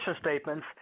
statements